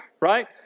right